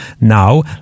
now